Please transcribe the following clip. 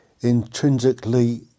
Intrinsically